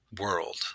world